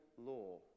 law